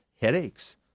headaches